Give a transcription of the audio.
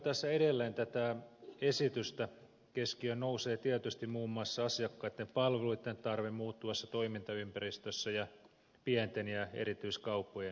arvioitaessa edelleen tätä esitystä keskiöön nousee tietysti muun muassa asiakkaitten palveluitten tarve muuttuvassa toimintaympäristössä ja pienten ja erityiskauppojen näkökulma